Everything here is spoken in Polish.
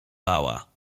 bała